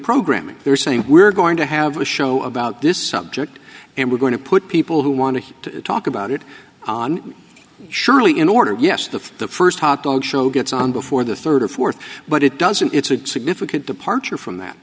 programming they're saying we're going to have a show about this subject and we're going to put people who want to talk about it on surely in order yes the first hotdog show gets on before the third or fourth but it doesn't it's a significant departure from that